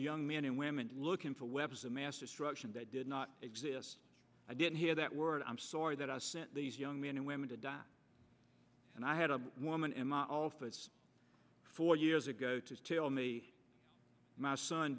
young men and women looking for weapons of mass destruction that did not exist i didn't hear that word i'm sorry that i sent these young men and women to die and i had a woman in my office four years ago to tell me my son